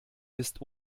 ist